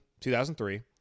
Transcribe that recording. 2003